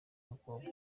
mukobwa